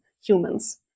humans